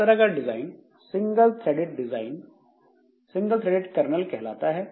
इस तरह का डिजाइन सिंगल थ्रेडेड कर्नेल कहलाता है